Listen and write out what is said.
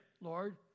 Lord